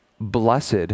blessed